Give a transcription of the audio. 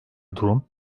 durum